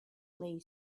lay